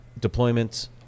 deployments